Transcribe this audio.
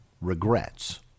regrets